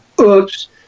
oops